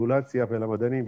לרגולציה ולמדענים,